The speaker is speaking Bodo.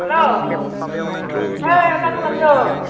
हेल्ल' ओइ मा खालामदों